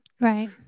Right